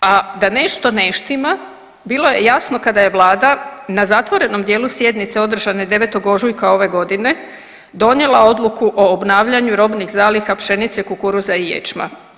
A da nešto ne štima bilo je jasno kada je vlada na zatvorenom dijelu sjednice održane 9. ožujka ove godine donijela odluku o obnavljanju robnih zaliha pšenice, kukuruza i ječma.